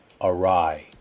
awry